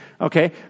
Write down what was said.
Okay